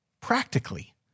practically